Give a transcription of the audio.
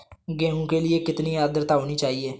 गेहूँ के लिए कितनी आद्रता होनी चाहिए?